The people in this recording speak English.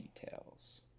details